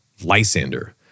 Lysander